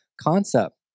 concept